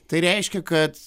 tai reiškia kad